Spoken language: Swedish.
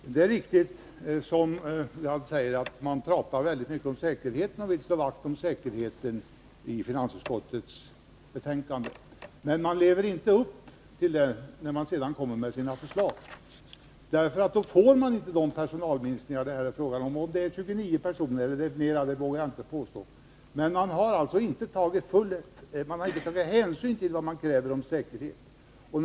Fru talman! Det är riktigt som Arne Gadd säger att man i finansutskottets betänkande talar väldigt mycket om säkerheten och vill slå vakt om denna. Men man lever inte upp till detta när man sedan kommer med sina förslag. Om det blir 29 personer eller flera vågar jag inte säga, men man har i varje fall inte tagit konsekvenserna av vad man kräver i fråga om säkerheten.